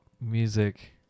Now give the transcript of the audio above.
music